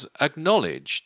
acknowledged